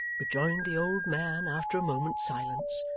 rejoined the old man after a moment's silence.